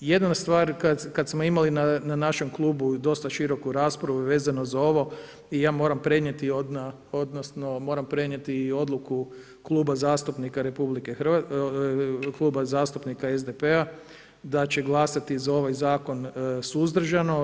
Jedna stvar, kad smo imali na našem klubu dosta široku raspravu vezano za ovo i ja moram prenijeti odnosno moram prenijeti odluku Kluba zastupnika SDP-a da će glasati za ovaj Zakon suzdržano.